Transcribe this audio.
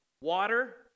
water